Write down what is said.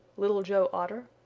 little joe otter,